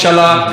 יש לי הצעת חוק,